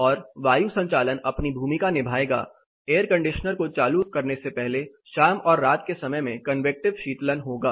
और वायु संचालन अपनी भूमिका निभाएगा एयर कंडीशनर को चालू करने से पहले शाम और रात के समय में कन्वेकटिव शीतलन होगा